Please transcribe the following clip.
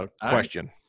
question